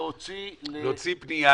להוציא --- להוציא פנייה.